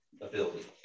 ability